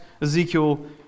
Ezekiel